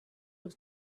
with